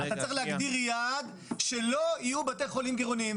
אתה צריך להגדיר יעד שלא יהיו בתי חולים גירעוניים,